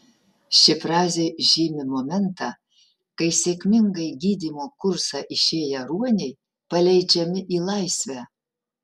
ši frazė žymi momentą kai sėkmingai gydymo kursą išėję ruoniai paleidžiami į laisvę